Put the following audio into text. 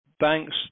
banks